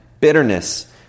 bitterness